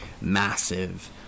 massive